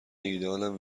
ایدهآلم